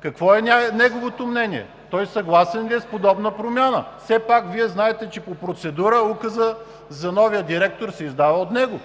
Какво е неговото мнение? Съгласен ли е с подобна промяна – знаете, че по процедура указът за новия директор се издава от него?